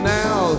now